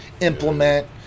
implement